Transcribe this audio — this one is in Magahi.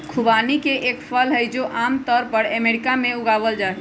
खुबानी एक फल हई, जो आम तौर पर अमेरिका में उगावल जाहई